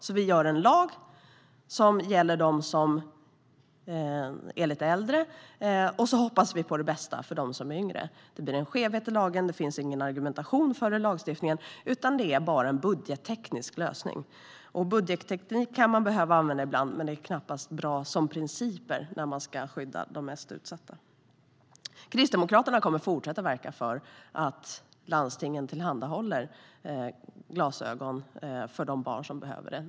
Därför gör man en lag som gäller de lite äldre barnen och hoppas sedan på det bästa för de yngre. Det blir en skevhet i lagstiftningen. Det finns ingen argumentation för lagstiftningen, utan det är bara en budgetteknisk lösning. Budgetteknik kan man behöva använda ibland, men det är knappast bra som princip när man ska skydda de mest utsatta. Kristdemokraterna kommer att fortsätta att verka för att landstingen tillhandahåller glasögon för de barn som behöver det.